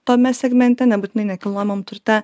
tame segmente nebūtinai nekilnojamam turte